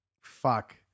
Fuck